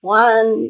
one